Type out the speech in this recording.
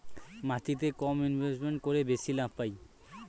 মাটিতে কম ইনভেস্ট করে বেশি লাভ পাই